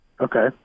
Okay